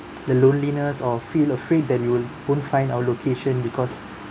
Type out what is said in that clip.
the loneliness or feel afraid that we'll won't find our location because